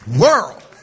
world